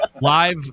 live